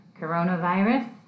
coronavirus